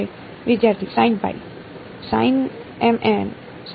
વિદ્યાર્થી